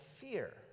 fear